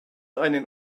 einen